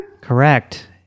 Correct